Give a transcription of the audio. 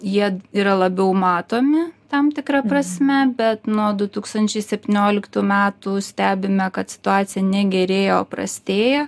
jie yra labiau matomi tam tikra prasme bet nuo du tūkstančiai septynioliktų metų stebime kad situacija negerėja o prastėja